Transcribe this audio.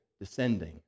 descending